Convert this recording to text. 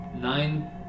nine